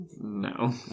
No